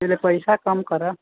पहिले पैसा कम करऽ